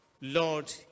Lord